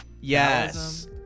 Yes